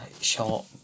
short